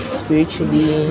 spiritually